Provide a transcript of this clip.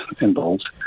involved